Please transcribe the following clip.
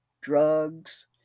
drugs